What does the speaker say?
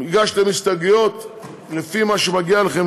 הגשתם הסתייגויות לפי מה שמגיע לכם,